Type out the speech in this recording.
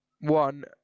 One